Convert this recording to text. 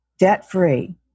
debt-free